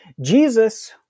Jesus